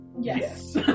yes